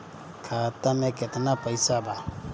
खाता में केतना पइसा बा?